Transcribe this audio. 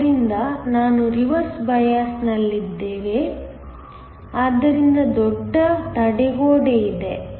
ಆದ್ದರಿಂದ ನಾವು ರಿವರ್ಸ್ ಬಯಾಸ್ನಲ್ಲಿದ್ದೇವೆ ಆದ್ದರಿಂದ ದೊಡ್ಡ ತಡೆಗೋಡೆ ಇದೆ